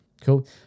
Cool